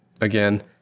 again